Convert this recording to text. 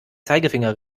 zeigefinger